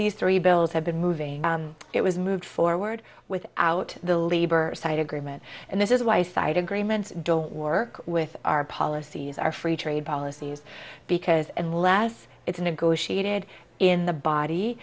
these three bills have been moving it was moved forward without the labor side agreement and this is why side agreements don't work with our policies our free trade policies because unless it's a negotiated in the body